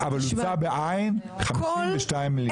אבל הוצע 52 מיליארד.